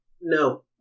No